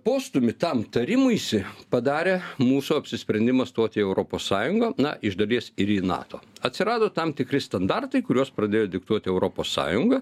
postūmį tam tarimuisi padarė mūsų apsisprendimas stot į europos sąjungą na iš dalies ir į nato atsirado tam tikri standartai kuriuos pradėjo diktuoti europos sąjunga